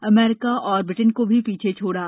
अमरीका और ब्रिटेन को भी पीछे छोड़ा